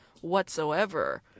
whatsoever